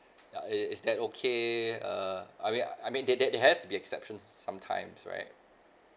ya is is that okay err I mean I mean that that has to be an exceptions sometimes right